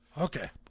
Okay